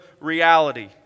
reality